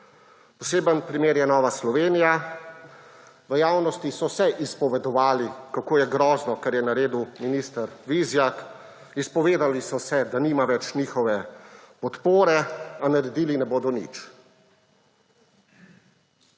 Poseben primer je Nova Slovenija. V javnosti so se izpovedovali, kako je grozno, kar je naredil minister Vizjak, izpovedali so se, da nima več njihove podpore, a naredili ne bodo nič.